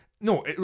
No